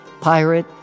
Pirate